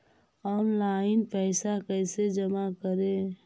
Online पैसा कैसे जमा करे?